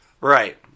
Right